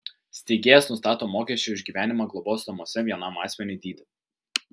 steigėjas nustato mokesčio už gyvenimą globos namuose vienam asmeniui dydį